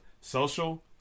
social